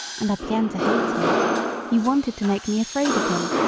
and i began to hate him he wanted to make me afraid of him,